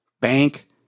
bank